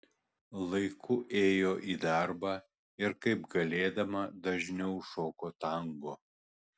laiku ėjo į darbą ir kaip galėdama dažniau šoko tango